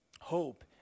hope